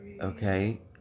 Okay